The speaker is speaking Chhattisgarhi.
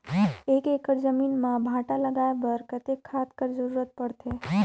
एक एकड़ जमीन म भांटा लगाय बर कतेक खाद कर जरूरत पड़थे?